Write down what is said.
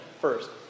first